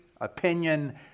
opinion